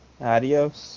Adios